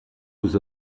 vous